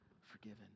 forgiven